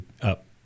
up